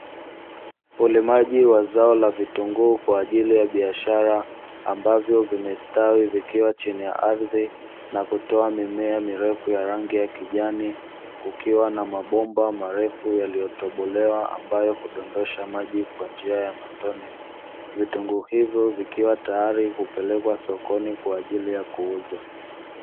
Ulimaji wa zao la vitunguu kwa ajili ya biashara ambavyo vimestawi vikiwa chini ya ardhi na hutoa mimea mirefu ya rangi ya kijani kukiwa na mabomba marefu yaliyotobolewa ambayo hudondosha maji kwa njia ya matone, vitunguu hivyo vikiwa tayari hupelekwa sokoni kwa ajili ya kuuzwa.